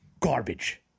Garbage